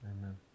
Amen